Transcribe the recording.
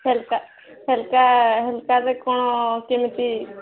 ହେଲକା ହେଲକା ହେଲକାରେ କ'ଣ କେମିତି